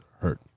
hurt